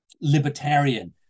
libertarian